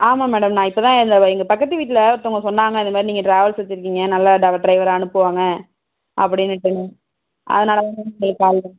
ஆமாம் மேடம் நான் இப்போதான் எங்கள் பக்கத்து வீட்டில் ஒருத்தவங்க சொன்னாங்க இது மாதிரி நீங்கள் ட்ராவல்ஸ் வச்சுருக்கீங்க நல்ல ட்ரைவராக அனுப்புவாங்க அப்படினுட்டு அதனால்தான் மேம் உங்களுக்கு கால் பண்ணினேன்